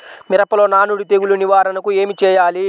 మిరపలో నానుడి తెగులు నివారణకు ఏమి చేయాలి?